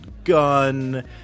Gun